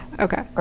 okay